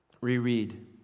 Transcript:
Reread